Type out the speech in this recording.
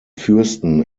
fürsten